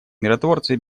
миротворцы